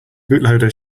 bootloader